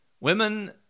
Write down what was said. Women